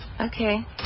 Okay